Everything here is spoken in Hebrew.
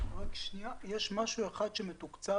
יש משהו אחד שמתוקצב